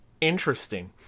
Interesting